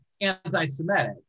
anti-Semitic